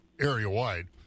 area-wide